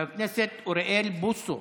חבר הכנסת אוריאל בוסו,